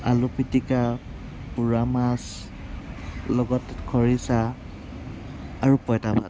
আলু পিটিকা পোৰা মাছ লগত খৰিচা আৰু পইতা ভাত